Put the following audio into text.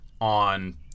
on